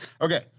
Okay